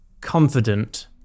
confident